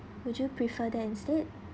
would you prefer there instead